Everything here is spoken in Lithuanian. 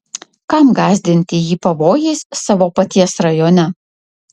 kam gąsdinti jį pavojais savo paties rajone